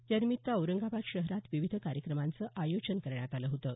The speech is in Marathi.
यानिमित्त औरंगाबाद शहरात विविध कार्यक्रमांचं आयोजन करण्यात आलं होतं